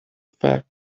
fact